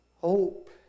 hope